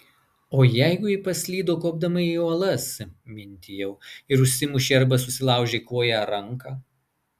o jeigu ji paslydo kopdama į uolas mintijau ir užsimušė arba susilaužė koją ar ranką